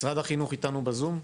משרד החינוך איתנו בזום,